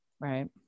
Right